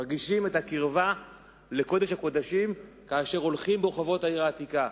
מרגישים את הקרבה לקודש הקודשים כאשר הולכים ברחובות העיר העתיקה,